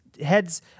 head's